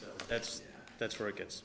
that's that's where it gets